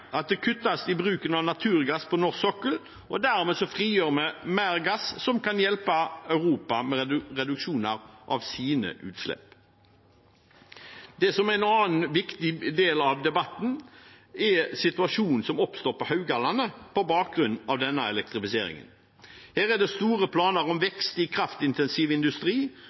at det kuttes i bruken av naturgass på norsk sokkel, og dermed frigjør vi mer gass, som kan hjelpe Europa med reduksjoner av sine utslipp. Det som er en annen viktig del av debatten, er situasjonen som oppstår på Haugalandet på bakgrunn av denne elektrifiseringen. Her er det store planer om vekst i kraftintensiv industri,